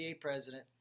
president